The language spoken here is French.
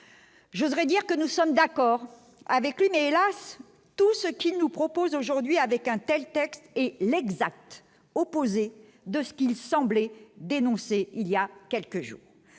voudrais dire que nous sommes d'accord avec lui et là tout ce qu'il nous propose aujourd'hui avec untel texte est l'exact opposé de ce qu'il semblait dénoncer il y a quelques jours,